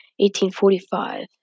1845